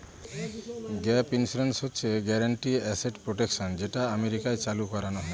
gap insurance হচ্ছে guaranteed asset protection যেটা আমেরিকায় চালু করানো হয়